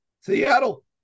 Seattle